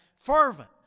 Fervent